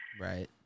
Right